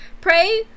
pray